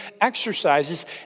exercises